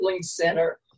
center